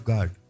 God